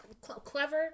clever